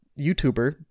YouTuber